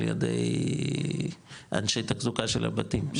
על ידי אנשי תחזוקה של הבתים.